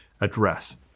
address